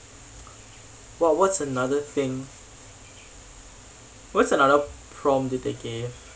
what what's another thing what's another prompt that they gave